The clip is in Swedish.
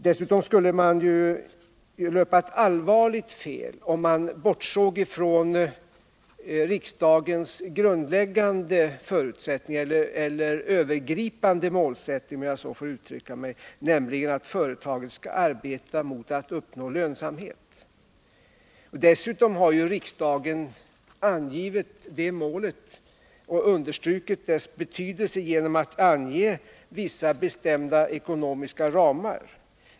Dessutom skulle man ju löpa risk att göra ett allvarligt fel, om man bortsåg från riksdagens övergripande målsättning, nämligen att företaget skall arbeta isyfte att uppnå lönsamhet. Riksdagen har angivit det målet och understrukit dess betydelse genom att ange vissa bestämda ekonomiska ramar.